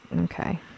Okay